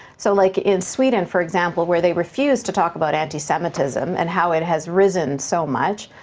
so like in sweden, for example, where they refuse to talk about anti-semitism and how it has risen so much,